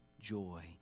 joy